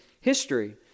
history